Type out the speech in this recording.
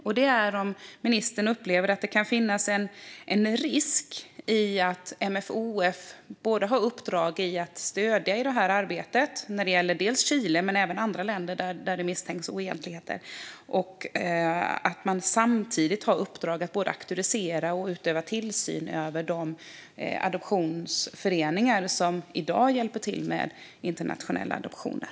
Upplever ministern att det kan finnas en risk med att MFoF har uppdraget att stödja arbetet när det gäller såväl Chile som andra länder där det misstänks ha förekommit oegentligheter och att myndigheten samtidigt ska auktorisera och utöva tillsyn över de adoptionsföreningar som i dag hjälper till med internationella adoptioner?